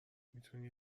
میتونی